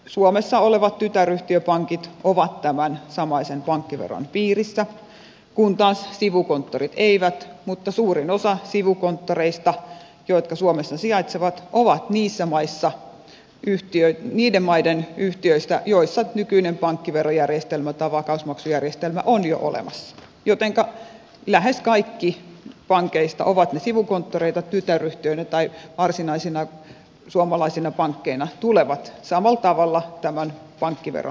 suomessa olevat tytäryhtiöpankit ovat tämän samaisen pankkiveron piirissä kun taas sivukonttorit eivät mutta suurin osa sivukonttoreista jotka suomessa sijaitsevat on niiden maiden yhtiöistä joissa nykyinen pankkiverojärjestelmä tai vakausmaksujärjestelmä on jo olemassa jotenka lähes kaikki pankeista ovat ne sivukonttoreina tytäryhtiöinä tai varsinaisina suomalaisina pankkeina tulevat samalla tavalla tämän pankkiveron piiriin